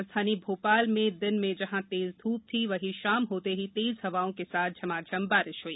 राजधानी भप्राल में दिन में जहां तेज धूप थी वहीं शाम हप्ते ही तेज हवाओं के साथ झमाझम बारिश हई